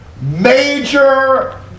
Major